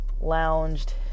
lounged